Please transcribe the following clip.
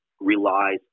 relies